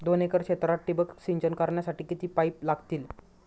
दोन एकर क्षेत्रात ठिबक सिंचन करण्यासाठी किती पाईप लागतील?